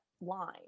line